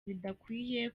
bidakwiye